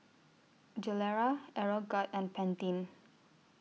Gilera Aeroguard and Pantene